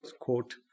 quote